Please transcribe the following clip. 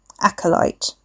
Acolyte